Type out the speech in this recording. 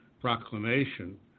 proclamation